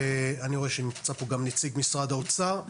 אני רואה שנמצא פה גם נציג משרד האוצר.